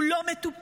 הוא לא מטופל.